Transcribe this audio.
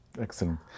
Excellent